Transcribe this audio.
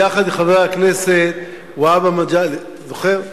יחד עם חבר הכנסת מגלי והבה, אתה זוכר?